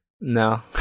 No